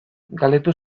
galdetu